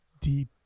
deep